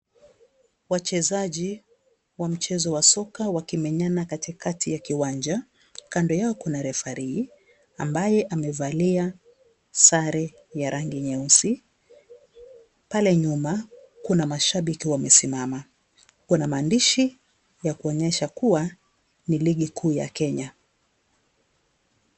Wachezaji wa mchezo wa soka wakimenyana katikati ya kiwanja, kando yao kuna referee ambaye amevalia sare ya rangi nyeusi, pale nyuma kuna mashabiki wamesimama. Kuna mandishi ya kuonyesha kuwa ni ligi kuu ya Kenya.